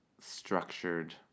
structured